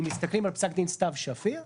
תסבירו אותם,